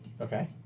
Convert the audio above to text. Okay